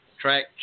track